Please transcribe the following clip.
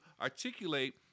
articulate